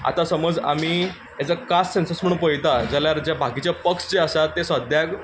आतां समज आमी एज अ कास्ट सेन्सस म्हुणून पळयता जाल्यार जे बाकीचे पक्ष जे आसात ते सद्याक